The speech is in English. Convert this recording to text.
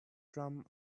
drum